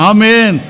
Amen